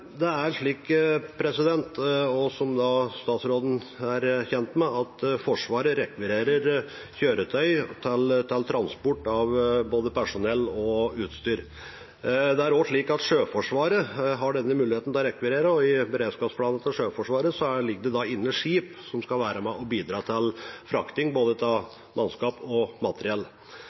Som statsråden er kjent med, rekvirerer Forsvaret kjøretøy til transport av både personell og utstyr. Også Sjøforsvaret har denne muligheten til å rekvirere, og i beredskapsplanen for Sjøforsvaret ligger det inne skip som skal være med og bidra til frakting av både mannskap og materiell.